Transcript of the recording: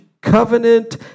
covenant